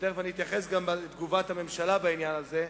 ותיכף אתייחס גם לתגובת הממשלה בעניין הזה,